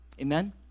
Amen